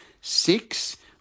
six